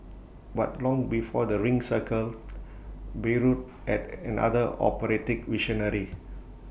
but long before the ring Cycle Bayreuth had another operatic visionary